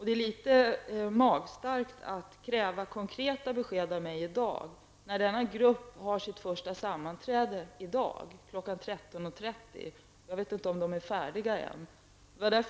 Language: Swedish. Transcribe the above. Det är litet magstarkt att kräva konkreta besked av mig i dag, när den tillsatta gruppen har sitt första sammanträde i dag kl. 13.30; jag vet inte om de är färdiga än.